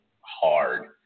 hard